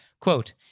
quote